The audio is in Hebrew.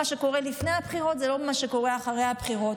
מה שקורה לפני הבחירות זה לא מה שקורה אחרי הבחירות.